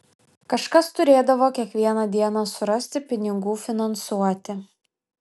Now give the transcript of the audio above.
kažkas turėdavo kiekvieną dieną surasti pinigų finansuoti